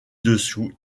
dessous